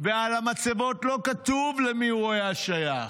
ועל המצבות לא כתוב למי הוא היה שייך.